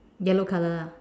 yellow color lah